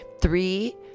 three